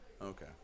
Okay